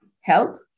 health